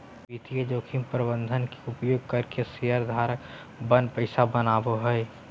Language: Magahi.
वित्तीय जोखिम प्रबंधन के उपयोग करके शेयर धारक पन पैसा बनावय हय